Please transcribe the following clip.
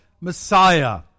Messiah